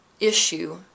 issue